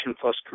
plus